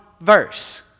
verse